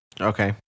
Okay